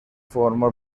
formó